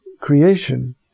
creation